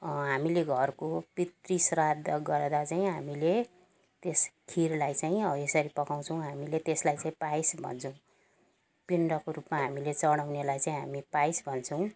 हामीले घरको पितृ श्राद्ध गर्दा चाहिँ हामीले त्यस खिरलाई चाहिँ हौ यसरी पकाउँछौँ हामीले त्यसलाई चाहिँ पाइस भन्छौँ पिण्डको रूपमा हामीले चढाउनेलाई चाहिँ हामी पाइस भन्छौँ